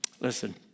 Listen